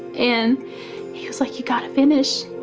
and he was, like, you've got to finish.